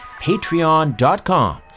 Patreon.com